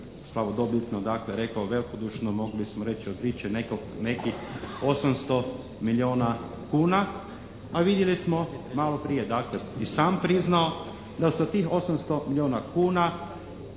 slavodobitno, dakle je rekao velikodušno, mogli smo reći odriče nekih 800 milijona kuna, a vidjeli smo maloprije, dakle i sam priznao da se od tih 800 milijona kuna